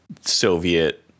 Soviet